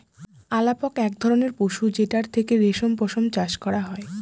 আলাপক এক ধরনের পশু যেটার থেকে রেশম পশম চাষ করা হয়